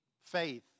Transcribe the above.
faith